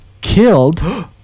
killed